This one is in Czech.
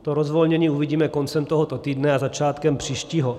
To rozvolnění uvidíme koncem tohoto týdne a začátkem příštího.